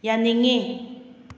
ꯌꯥꯅꯤꯡꯉꯤ